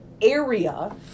area